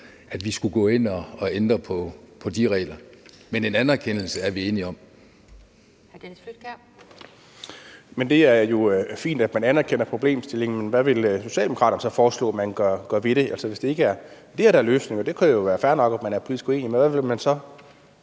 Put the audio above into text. Dennis Flydtkjær. Kl. 13:40 Dennis Flydtkjær (DF): Det er jo fint, at man anerkender problemstillingen, men hvad vil Socialdemokraterne så foreslå at man gør ved det? Altså, hvis det ikke er det her, der er løsningen – og det kan jo være fair nok, at man er politisk uenig – hvad vil man så